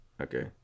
okay